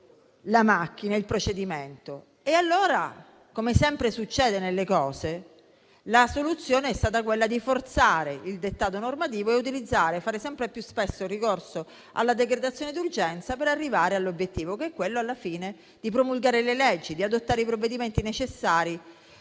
la macchina, il procedimento. E allora, come sempre succede, la soluzione è stata quella di forzare il dettato normativo e fare sempre più spesso ricorso alla decretazione d'urgenza per arrivare all'obiettivo, che è quello di promulgare le leggi, di adottare i provvedimenti necessari